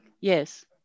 Yes